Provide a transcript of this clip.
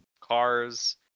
cars